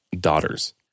daughters